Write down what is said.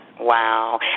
Wow